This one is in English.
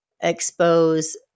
expose